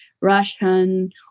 Russian